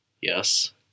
Yes